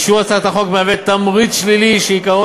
אישור הצעת החוק מהווה תמריץ שלילי שעיקרו